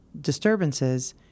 disturbances